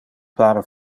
pare